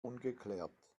ungeklärt